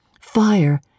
fire